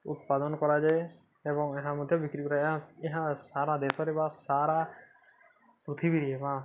ଉତ୍ପାଦନ କରାଯାଏ ଏବଂ ଏହା ମଧ୍ୟ ବିକ୍ରି କରା ଏହା ଏହା ସାରା ଦେଶରେ ବା ସାରା ପୃଥିବୀ ବା